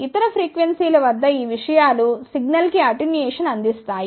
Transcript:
ఇతర ఫ్రీక్వెన్సీల వద్ద ఈ విషయాలు సిగ్నల్కు అటెన్యుయేషన్ను అందిస్తాయి